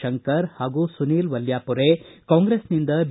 ಶಂಕರ್ ಹಾಗೂ ಸುನೀಲ್ ವಲ್ಕಾಪುರೆ ಕಾಂಗ್ರೆಸ್ನಿಂದ ಬಿ